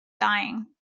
dying